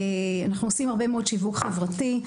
אנחנו עושים הרבה מאוד שיווק חברתי.